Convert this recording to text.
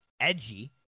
edgy